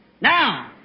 Now